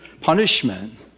punishment